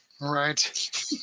right